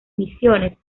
misiones